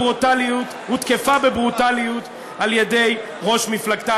הותקפה בברוטליות על-ידי ראש מפלגתה.